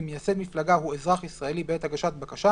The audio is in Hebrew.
אם מייסד מפלגה הוא אזרח ישראלי בעת הגשת בקשה